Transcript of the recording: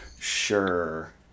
Sure